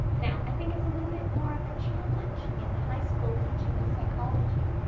now, i think it's a little bit more of a challenge in the high school teaching of psychology.